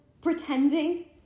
pretending